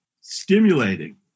stimulating